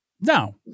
No